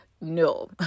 No